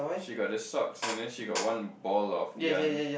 she got the socks and then she got one ball of yarn